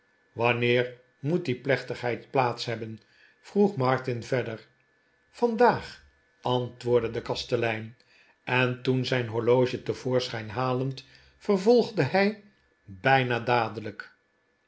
wanneer moet die plechtigheid plaats hebben vroeg martin verder vandaag antwoordde de kastelein en toen zijn horloge te voorschijn halend vervolgde hij bijna dadelijk